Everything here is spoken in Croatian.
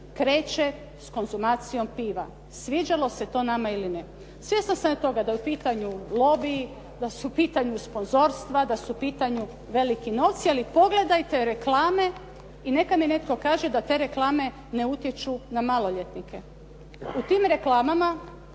kreće sa konzumacijom piva, sviđalo se to nama ili ne. Svjesna sam ja toga da je u pitanju lobiji, da su u pitanju sponzorstva, da su u pitanju veliki novci. Ali pogledajte reklame i neka mi netko kaže da te reklame ne utječu na maloljetnike. U tim reklamama,